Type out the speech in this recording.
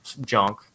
junk